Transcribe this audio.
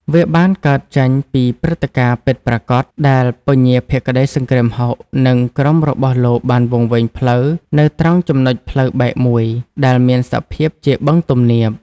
វាបានកើតចេញពីព្រឹត្តិការណ៍ពិតប្រាកដដែល ពញាភក្តីសង្គ្រាមហុក និងក្រុមរបស់លោកបានវង្វេងផ្លូវនៅត្រង់ចំណុចផ្លូវបែកមួយ ដែលមានសភាពជាបឹងទំនាប។